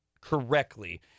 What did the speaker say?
correctly